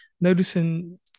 noticing